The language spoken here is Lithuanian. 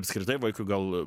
apskritai vaikui gal